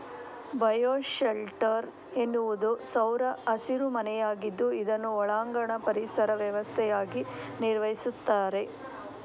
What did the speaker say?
bio shelter ಎನ್ನುವುದು ಸೌರ ಹಸಿರು ಮನೆಯಾಗಿದ್ದು ಇದನ್ನು ಒಳಾಂಗಣ ಪರಿಸರ ವ್ಯವಸ್ಥೆಯಾಗಿ ನಿರ್ವಹಿಸ್ತಾರೆ